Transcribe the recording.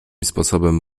sposobem